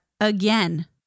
again